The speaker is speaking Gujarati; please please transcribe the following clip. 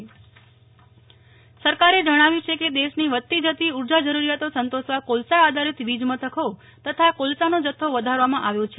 નેફ્લ ઠક્કર કેન્ક સરકાર સરકારે જણાવ્યું છે કે દેશની વધતી જતી ઉર્જા જરૂરીયાતો સંતોષવા કોલસા આધારિત વીજ મથકો તથા કોલસાનો જથ્થો વધારવામાં આવ્યો છે